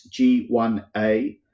G1A